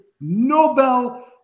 Nobel